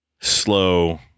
slow